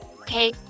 Okay